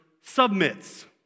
submits